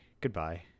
goodbye